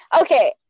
okay